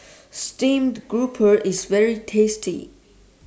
Steamed Grouper IS very tasty